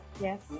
Yes